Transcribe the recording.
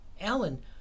Alan